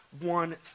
one